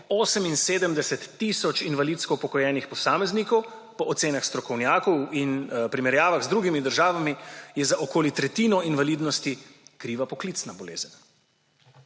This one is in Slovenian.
78 tisoč invalidsko upokojenih posameznikov, po ocenah strokovnjakov in primerjavah z drugimi državami je za okoli tretjino invalidnosti kriva poklicna bolezen.